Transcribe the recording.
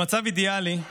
במצב אידיאלי,